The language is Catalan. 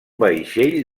vaixell